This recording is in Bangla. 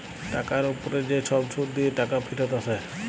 টাকার উপ্রে যে ছব সুদ দিঁয়ে টাকা ফিরত আসে